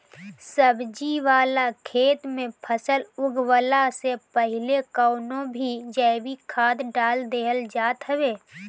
सब्जी वाला खेत में फसल उगवला से पहिले कवनो भी जैविक खाद डाल देहल जात हवे